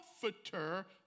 comforter